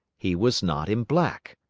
he was not in black.